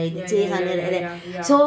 ya ya ya ya ya ya